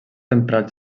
emprats